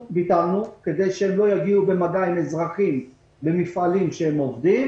ביטלנו שיקום כדי שהם לא יבואו במגע עם אזרחים במפעלים שהם עובדים.